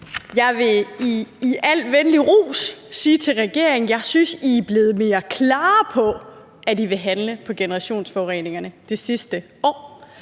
Jeg vil i al venlig ros sige til regeringen, at jeg synes, at I er blevet mere klare, med hensyn til at I vil handle på generationsforureningerne, det sidste år.